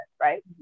right